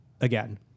again